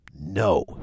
No